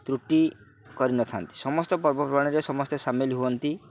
ତ୍ରୁଟି କରିନଥାନ୍ତି ସମସ୍ତ ପର୍ବପର୍ବାଣୀରେ ସମସ୍ତେ ସାମିଲ୍ ହୁଅନ୍ତି